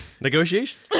negotiation